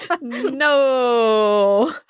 No